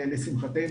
לשמחתנו,